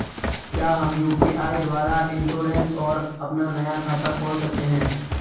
क्या हम यु.पी.आई द्वारा इन्श्योरेंस और अपना नया खाता खोल सकते हैं?